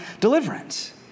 deliverance